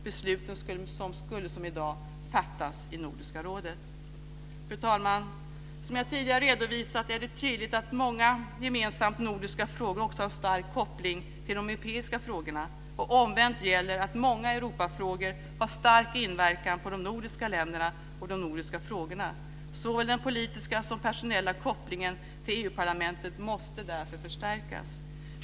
Besluten skulle som i dag fattas i Nordiska rådet. Fru talman! Som jag tidigare redovisat är det tydligt att många gemensamma nordiska frågor också har stark koppling till de europeiska frågorna, och omvänt gäller att många Europafrågor har stark inverkan på de nordiska länderna och de nordiska frågorna. Såväl den politiska som den personella kopplingen till EU-parlamentet måste därför förstärkas.